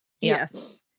Yes